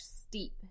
steep